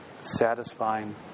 satisfying